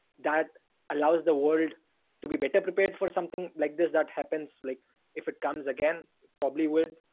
that allows the world to be better prepared for something like this that happens, like if it comes again probably would,